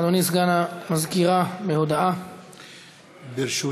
הודעה לסגן מזכירת הכנסת.